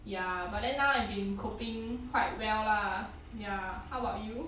ya but then now I've been coping quite well lah ya how about you